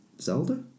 Zelda